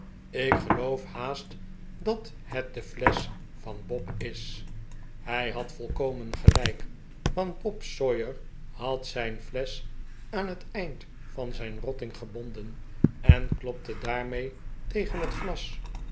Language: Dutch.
ik geloof haast dat het de flesch van bob is hij had volkomen gelijk want bob sawyer had zijn flesch aan het eind van zijn rotting gebonden en klopte daarmee tegen het glas